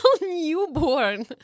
newborn